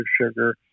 sugar